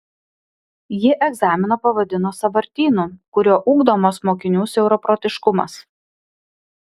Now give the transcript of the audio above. ji egzaminą pavadino sąvartynu kuriuo ugdomas mokinių siauraprotiškumas